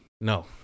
No